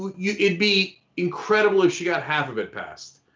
but yeah it'd be incredible if she got half of it passed.